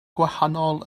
gwahanol